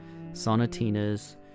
sonatinas